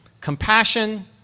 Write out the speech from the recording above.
compassion